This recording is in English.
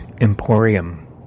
Emporium